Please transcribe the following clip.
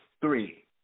Three